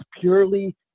purely